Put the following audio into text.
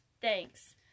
Thanks